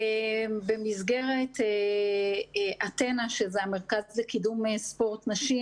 במסגרת "אתנה" המרכז לקידום ספורט נשים,